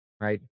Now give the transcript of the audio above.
Right